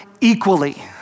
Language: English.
equally